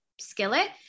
skillet